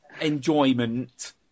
enjoyment